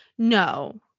No